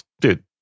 dude